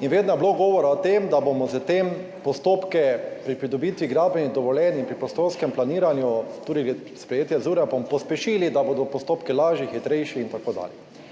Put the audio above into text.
in vedno je bilo govora o tem, da bomo s tem postopke pri pridobitvi gradbenih dovoljenj in pri prostorskem planiranju, tudi sprejetje z ZUreP-om, pospešili, da bodo postopki lažji, hitrejši in tako dalje.